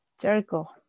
Jericho